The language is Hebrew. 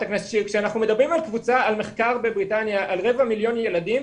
כשאנחנו מדברים על מחקר בבריטניה על רבע מיליון ילדים,